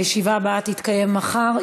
הישיבה הבאה תתקיים מחר,